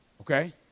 Okay